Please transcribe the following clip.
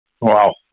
Wow